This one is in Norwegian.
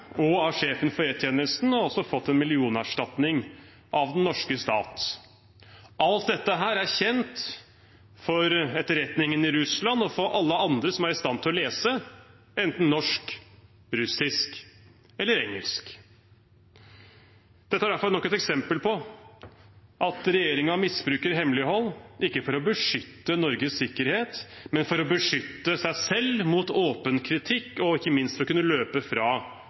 og av sjefen for E-tjenesten, og han har også fått en millionerstatning av den norske stat. Alt dette er kjent for etterretningen i Russland og for alle andre som er i stand til å lese, enten norsk, russisk eller engelsk. Dette er derfor nok et eksempel på at regjeringen misbruker hemmelighold, ikke for å beskytte Norges sikkerhet, men for å beskytte seg selv mot åpen kritikk, og ikke minst for å kunne løpe fra